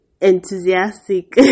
enthusiastic